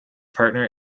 partner